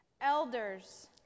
Elders